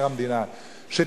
בשעתו